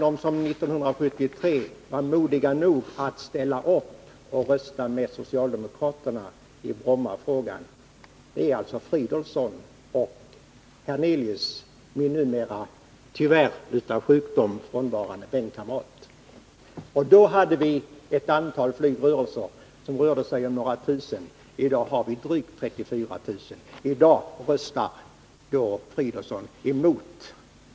De som år 1973 var modiga nog att rösta med socialdemokraterna i Brommafrågan var herr Fridolfsson och min bänkkamrat herr Hernelius, som nu på grund av sjukdom tyvärr är frånvarande. Då hade vi några tusen flygrörelser per år på Bromma, nu har vi drygt 34 000. Men i dag röstar herr Fridolfsson mot socialdemokraternas linje.